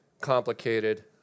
complicated